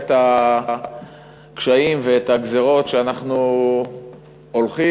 את הקשיים ואת הגזירות שאנחנו הולכים,